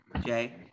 Jay